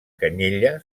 canyella